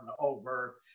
over